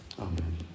Amen